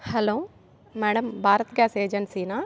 hello madam Bharat gas ఏజెన్సీనా